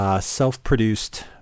self-produced